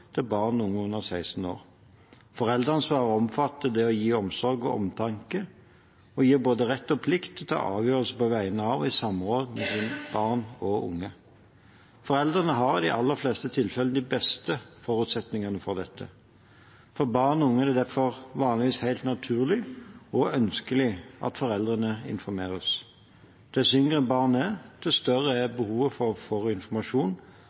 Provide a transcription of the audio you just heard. til barn og unge under 16 år. Foreldreansvaret omfatter det å gi omsorg og omtanke og gir både rett og plikt til å ta avgjørelser på vegne av og i samråd med barn og unge. Foreldrene har i de aller fleste tilfeller de beste forutsetningene for dette. For barn og unge er det derfor vanligvis helt naturlig og ønskelig at foreldrene informeres. Dess yngre barn er, dess større er behovet for informasjon